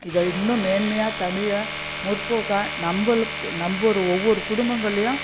இதை இன்னும் மேன்மையாக தமிழை முற்போக்காக நம்மளுக்கு நம்ம ஒரு ஒவ்வொரு குடும்பங்கள்லேயும்